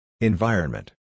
Environment